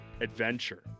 adventure